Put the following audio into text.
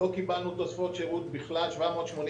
לא קיבלנו בכלל תוספות שירות ורק אתמול